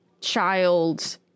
child